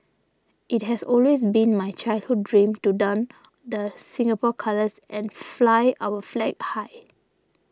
it has always been my childhood dream to don the Singapore colours and fly our flag high